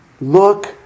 Look